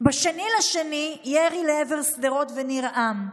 ב-2 בפברואר, ירי לעבר שדרות וניר עם,